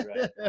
Right